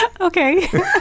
okay